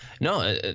No